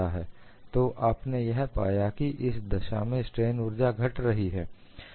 तो आपने यह पाया कि इस दशा में स्ट्रेन ऊर्जा घट रही है